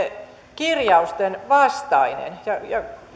kirjausten vastaista ja ja